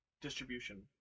distribution